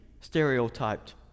stereotyped